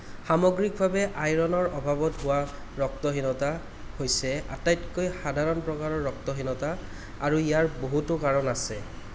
সামগ্ৰিকভাৱে আইৰণৰ অভাৱত হোৱা ৰক্তহীনতা হৈছে আটাইতকৈ সাধাৰণ প্ৰকাৰৰ ৰক্তহীনতা আৰু ইয়াৰ বহুতো কাৰণ আছে